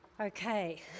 Okay